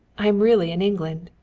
i am really in england.